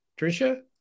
Tricia